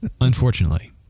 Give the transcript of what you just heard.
Unfortunately